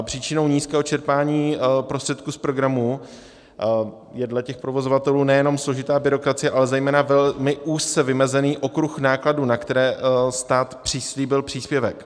Příčinou nízkého čerpání prostředků z programu je dle těch provozovatelů nejenom složitá byrokracie, ale zejména velmi úzce vymezený okruh nákladů, na které stát přislíbil příspěvek.